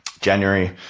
January